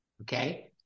Okay